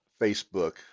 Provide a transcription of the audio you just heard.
Facebook